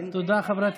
תודה.